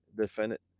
defendant